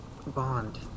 bond